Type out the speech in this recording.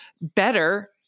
better